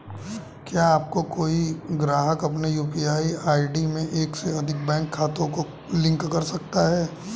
क्या कोई ग्राहक अपने यू.पी.आई में एक से अधिक बैंक खातों को लिंक कर सकता है?